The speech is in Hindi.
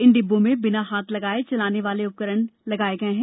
इन डिब्बों में बिना हाथ लगाए चलाने वाले उपकरण लगाए गये हैं